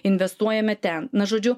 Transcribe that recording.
investuojame ten na žodžiu